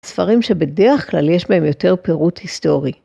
ספרים שבדרך כלל יש בהם יותר פירוט היסטורי.